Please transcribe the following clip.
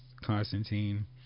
Constantine